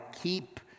keep